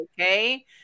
okay